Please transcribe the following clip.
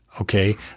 okay